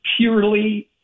purely